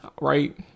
right